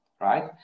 right